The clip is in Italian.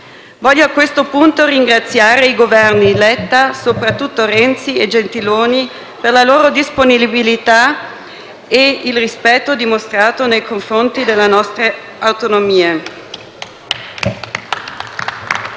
Voglio a questo punto ringraziare i Governi Letta, e in modo particolare Renzi e Gentiloni Silveri, per la loro disponibilità e il rispetto dimostrato nei confronti delle nostre autonomie.